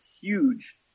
huge